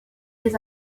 des